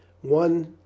One